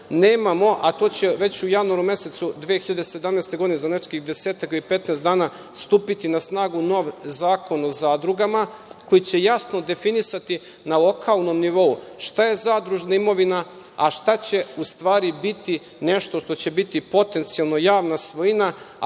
nemamo, a to će već u januaru mesecu 2017. godine, za nekih 10-15 dana stupiti na snagu nov zakon o zadrugama, koji će jasno definisati na lokalnom nivou šta je zadružna imovina, a šta će ustvari biti nešto što će biti potencijalno javna svojina,